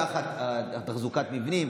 תחת תחזוקת מבנים,